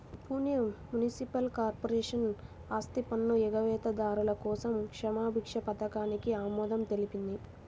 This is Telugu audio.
పూణె మునిసిపల్ కార్పొరేషన్ ఆస్తిపన్ను ఎగవేతదారుల కోసం క్షమాభిక్ష పథకానికి ఆమోదం తెలిపింది